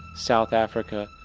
south africa,